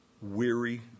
weary